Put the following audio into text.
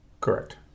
correct